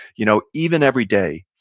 you know even every day,